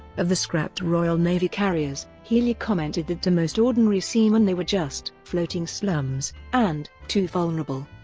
of the scrapped royal navy carriers, healey commented that to most ordinary seamen they were just floating slums and too vulnerable.